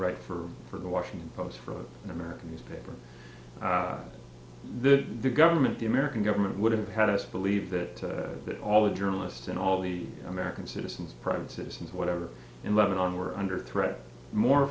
write for for the washington post for an american newspaper that the government the american government would have had us believe that all the journalists and all the american citizens private citizens whatever in lebanon were under threat more